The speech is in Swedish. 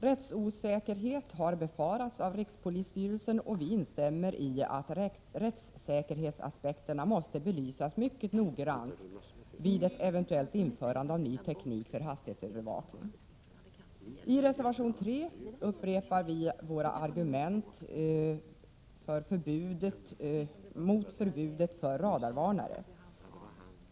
Rättsosäkerhet har befarats av rikspolisstyrelsen, och vi instämmer i att rättssäkerhetsaspekterna måste belysas mycket noggrant vid ett eventuellt införande av ny teknik för hastighetsövervakning. I reservation 3 upprepar vi våra argument mot förbudet mot radarvarnare.